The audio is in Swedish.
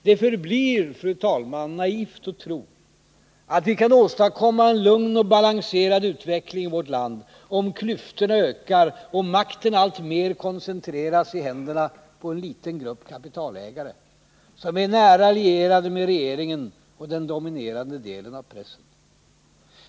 Det förblir naivt att tro att vi kan åstadkomma en lugn och balanserad utveckling i vårt land om klyftorna ökar och makten allt mer koncentreras i händerna på en liten grupp kapitalägare, som är nära lierade med regeringen och den dominerande delen av pressen.